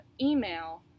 email